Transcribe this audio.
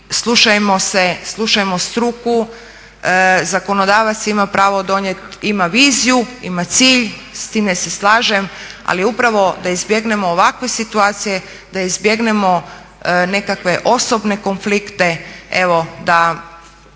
slušajmo se, slušajmo struku. Zakonodavac ima pravo donijeti, ima viziju, ima cilj s time se slažem. Ali upravo da izbjegnemo ovakve situacije, da izbjegnemo nekakve osobne konflikte, evo da